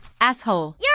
Asshole